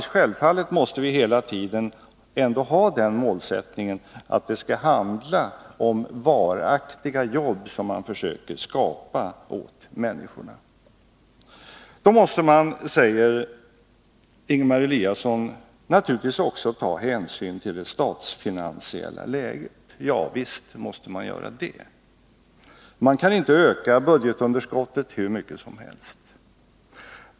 Självfallet måste vi hela tiden ha som mål att skapa varaktiga jobb åt människorna. Då måste man, säger Ingemar Eliasson, naturligtvis också ta hänsyn till det statsfinansiella läget. Ja, visst måste man göra det. Man kan inte öka budgetunderskottet hur mycket som helst.